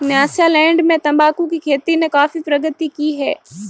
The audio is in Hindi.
न्यासालैंड में तंबाकू की खेती ने काफी प्रगति की है